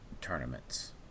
tournaments